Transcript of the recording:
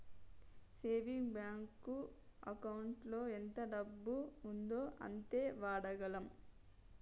saving bank ఎకౌంటులో ఎంత డబ్బు ఉందో అంతే వాడగలం